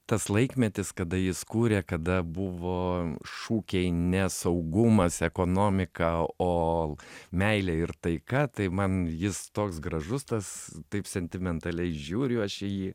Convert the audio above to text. tas laikmetis kada jis kūrė kada buvo šūkiai ne saugumas ekonomika o meilė ir taika tai man jis toks gražus tas taip sentimentaliai žiūriu aš į jį